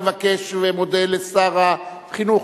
אני מבקש ומודה לשר החינוך,